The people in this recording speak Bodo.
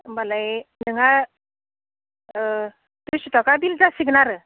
होमब्लालाय नोंहा दुइस' थाखा बिल जासिगोन आरो